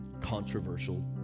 controversial